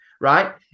Right